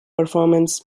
performances